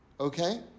Okay